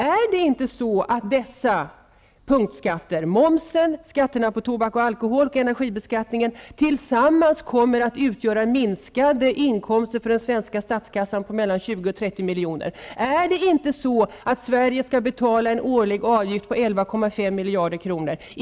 Kommer inte dessa punktskatter såsom momsen, skatterna på tobak och alkohol och energibeskattningen att tillsammans utgöra minskade inkomster till den svenska statskassan på 20--30 milj.kr.? Är det inte så att Sverige skall betala en årlig avgift på 11,5 miljarder kronor?